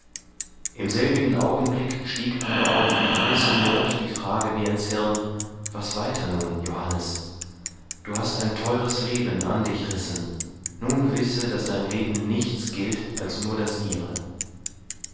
im selbigen augenblick stieg aber auch wie heiße noth die frage mir ins hirn was weiter nun johannes du hast ein theures leben an dich rissen nun wisse daß dein leben nichts gilt als nur das ihre